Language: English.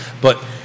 But-